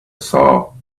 saw